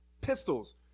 Pistols